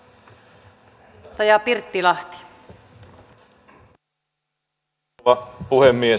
arvoisa rouva puhemies